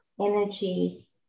energy